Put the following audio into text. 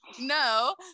no